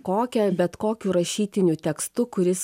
kokią bet kokiu rašytiniu tekstu kuris